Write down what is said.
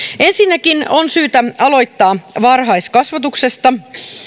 ensinnäkin on syytä aloittaa varhaiskasvatuksesta